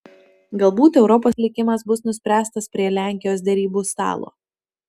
galbūt europos likimas bus nuspręstas prie lenkijos derybų stalo